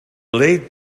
laid